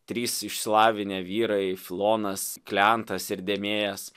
trys išsilavinę vyrai filonas kleantas ir demėjas